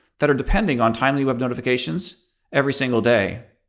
that are depending on timely web notifications every single day.